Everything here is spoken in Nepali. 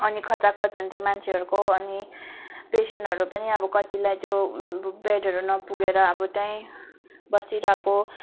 अनि खचाखच हुन्थ्यो मान्छेहरूको अनि पेसेन्टहरू पनि अब कत्तिलाई त्यो बेडहरू नपुगेर अब त्यही बसिरहेको